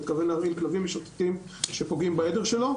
הוא התכוון להרעיל כלבים משוטטים שפוגעים בעדר שלו.